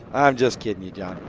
i'm just kidding you, jon.